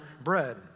bread